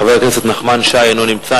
חבר הכנסת נחמן שי, אינו נמצא.